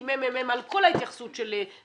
עם מחקר של המ.מ.מ על כל ההתייחסות לדמי